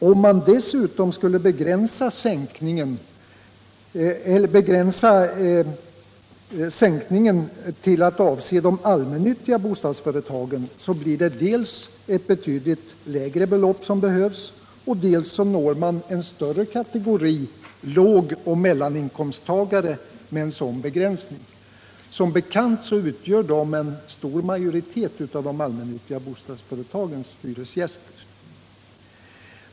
Om man dessutom begränsar sänkningen till att avse de allmännyttiga bostadsföretagen blir det ett betydligt lägre belopp som behövs, och därtill når man en större kategori lågoch mellaninkomsttagare. Som bekant utgör dessa en stor majoritet av de allmännyttiga bostadsföretagens hyresgäster.